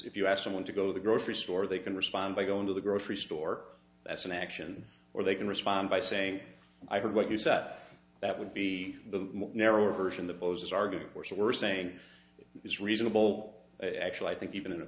if you ask someone to go to the grocery store they can respond by going to the grocery store that's in action or they can respond by saying i heard what you said that would be the more narrow version the bowsers argument which we're saying is reasonable actually i think even in